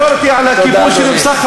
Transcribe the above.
הביקורת היא על הכיבוש שנמשך,